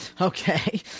okay